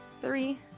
three